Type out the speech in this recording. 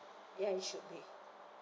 ya it should be